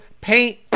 paint